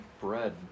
bread